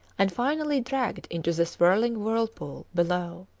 and finally dragged into the swirling whirlpool below.